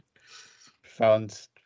Found